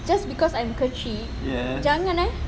just because I'm kecil jangan eh